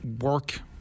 work